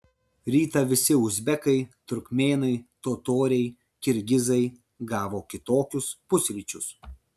rytą visi uzbekai turkmėnai totoriai kirgizai gavo kitokius pusryčius